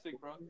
bro